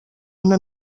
una